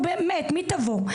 מי תבוא?